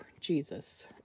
Jesus